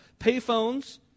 payphones